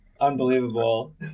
unbelievable